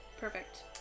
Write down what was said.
Perfect